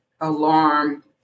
alarm